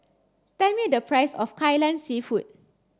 tell me the price of Kai Lan seafood